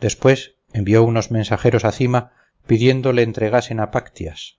después envió unos mensajeros a cyma pidiendo le entregasen a páctyas